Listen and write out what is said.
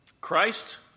Christ